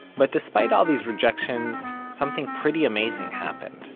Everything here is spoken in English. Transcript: but despite all these rejections, something pretty amazing happened.